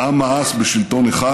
העם מאס בשלטון אחד